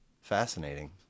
fascinating